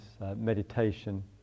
meditation